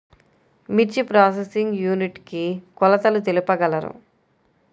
మిర్చి processing unit కి కొలతలు తెలుపగలరు?